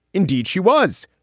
indeed she was.